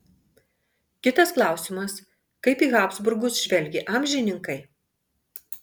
kitas klausimas kaip į habsburgus žvelgė amžininkai